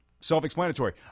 Self-explanatory